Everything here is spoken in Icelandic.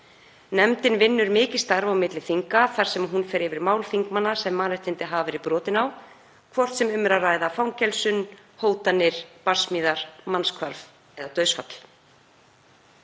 Nefndin vinnur mikið starf á milli þinga þar sem hún fer yfir mál þingmanna sem mannréttindi hafa verið brotin á, hvort sem um er að ræða fangelsun, hótanir, barsmíðar, mannshvörf eða dauðsfall.